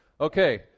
okay